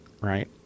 right